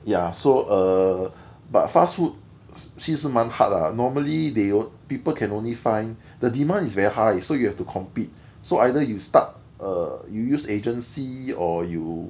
ya so err but fast food 其实蛮 hard lah normally they people can only find the demand is very high so you have to compete so either you start err you use agency or you